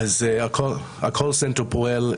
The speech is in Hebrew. המרכז הטלפוני פועל,